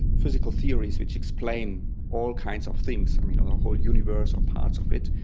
physical theories which explain all kinds of things, um you know, the whole universe or parts of it,